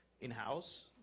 in-house